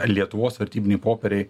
lietuvos vertybiniai popieriai